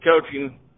coaching